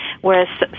whereas